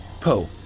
Poe